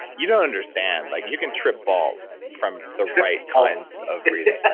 you don't understand. like you can trip balls from the right kinds of breathing.